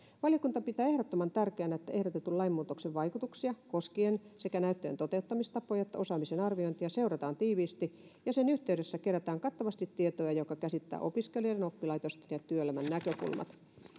valiokunta pitää ehdottoman tärkeänä että ehdotetun lainmuutoksen vaikutuksia koskien sekä näyttöjen toteuttamistapoja että osaamisen arviointia seurataan tiiviisti ja sen yhteydessä kerätään kattavasti tietoa joka käsittää opiskelijoiden oppilaitosten ja työelämän näkökulmat